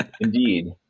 Indeed